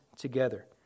together